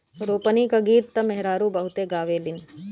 रोपनी क गीत त मेहरारू बहुते गावेलीन